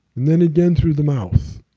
and then again through the mouth